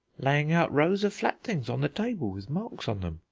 laying out rows of flat things on the table, with marks on them.